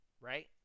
right